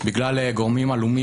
לנהל קשר עם הבוחר,